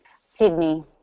Sydney